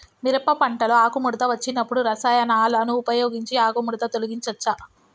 మిరప పంటలో ఆకుముడత వచ్చినప్పుడు రసాయనాలను ఉపయోగించి ఆకుముడత తొలగించచ్చా?